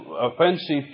offensive